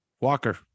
Walker